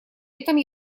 этом